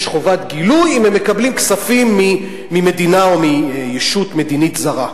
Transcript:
יש חובת גילוי אם הם מקבלים כספים ממדינה או מישות מדינית זרה.